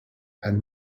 and